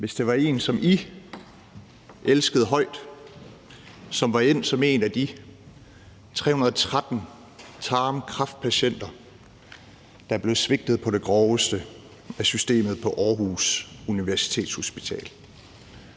hvis det var en, som I elskede højt, som var endt som en af de 313 tarmkræftpatienter, der blev svigtet på det groveste af systemet på Aarhus Universitetshospital.